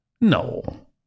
No